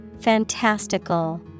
Fantastical